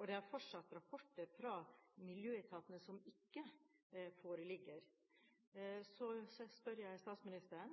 og det er fortsatt rapporter fra miljøetatene som ikke foreligger. Så jeg spør statsministeren: